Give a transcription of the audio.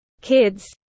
kids